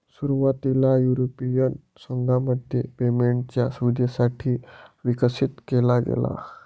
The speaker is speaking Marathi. सुरुवातीला युरोपीय संघामध्ये पेमेंटच्या सुविधेसाठी विकसित केला गेला